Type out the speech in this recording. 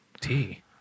tea